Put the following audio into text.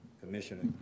commissioner